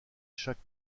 chaque